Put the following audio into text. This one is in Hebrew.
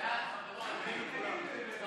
נגיף הקורונה החדש (בידוד במקום לבידוד מטעם